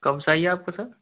कब चाहिए आपको सर